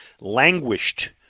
languished